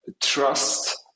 trust